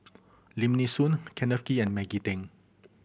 Lim Nee Soon Kenneth Kee and Maggie Teng